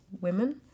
women